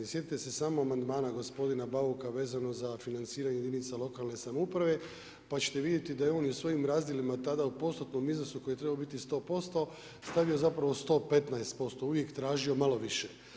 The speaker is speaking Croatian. Sjetite se samo amandmana gospodina Bauka vezano za financiranje jedinica lokalne samouprave, pa ćete vidjeti da je on u svojim razdjelima tada u postotnom iznosu koji je trebao biti 100% stavio zapravo 115% uvijek tražio malo više.